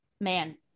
man